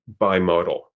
bimodal